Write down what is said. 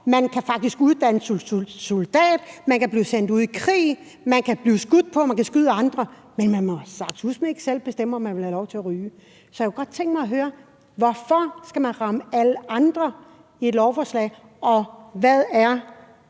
Man kan blive uddannet til soldat, man kan blive sendt ud i krig, man kan blive skudt på, og man kan skyde andre. Men man må saftsuseme ikke bestemme, om man må have lov til at ryge. Så jeg kunne godt tænke mig at høre: Hvorfor skal man ramme alle andre med lovforslaget, og hvad er